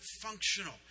functional